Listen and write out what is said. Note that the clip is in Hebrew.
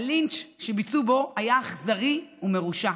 הלינץ' שביצעו בו היה אכזרי ומרושע.